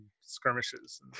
skirmishes